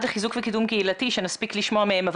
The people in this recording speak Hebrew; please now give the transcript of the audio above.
לחיזוק וקידום קהילתי שנספיק לשמוע מהם,